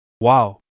Wow